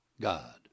God